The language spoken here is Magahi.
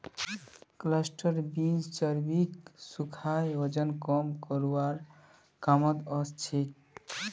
क्लस्टर बींस चर्बीक सुखाए वजन कम करवार कामत ओसछेक